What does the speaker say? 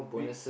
week